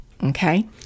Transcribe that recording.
Okay